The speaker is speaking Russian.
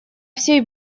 все